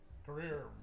Career